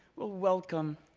ah welcome.